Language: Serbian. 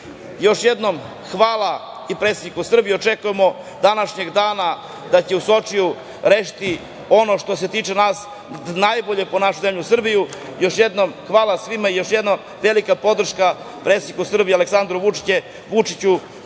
jednom, hvala i predsedniku Srbije, očekujemo današnjeg dana da će u Sočiju rešiti ono što se tiče nas, najbolje po našu zemlju Srbiju. Hvala svima i velika podrška predsedniku Srbije Aleksandru Vučiću